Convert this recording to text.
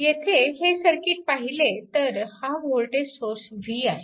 येथे हे सर्किट पाहिले तर हा वोल्टेज सोर्स v आहे